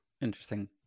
interesting